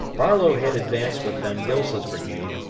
barlow had advanced with von gilsa's brigade,